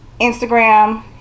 Instagram